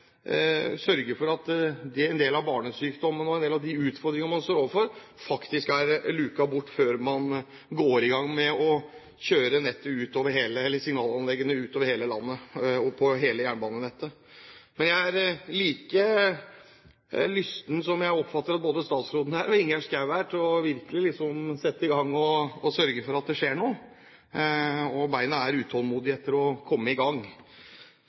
sørge for at en del av barnesykdommene og en del av de utfordringer man står overfor, faktisk er luket bort før man går i gang med å kjøre signalanleggene utover hele landet, på hele jernbanenettet. Men jeg har like lyst som det jeg oppfattet at både statsråden og Ingjerd Schou har, til å sette i gang og sørge for at det skjer noe – beina er utålmodige etter å komme i gang.